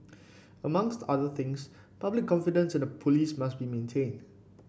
amongst other things public confidence in the police must be maintained